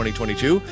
2022